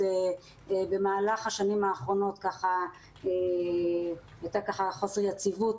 במהלך השנים האחרונות היה חוסר יציבות,